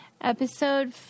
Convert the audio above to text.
Episode